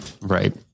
Right